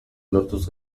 lortuz